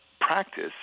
practice